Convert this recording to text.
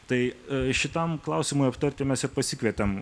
tai šitam klausimui aptarti mes pasikvietėm